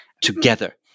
Together